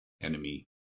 enemy